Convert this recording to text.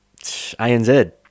ANZ